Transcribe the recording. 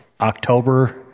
October